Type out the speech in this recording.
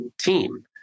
team